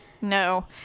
No